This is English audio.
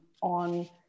on